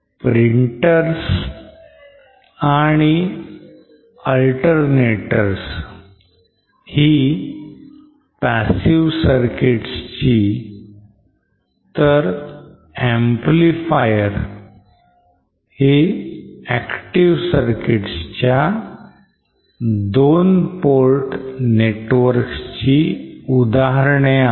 printers आणि alternators ही passive circuits ची तर amplifiers हे active circuits च्या 2 port networks ची उदाहरणे आहेत